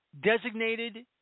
designated